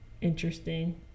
interesting